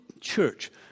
church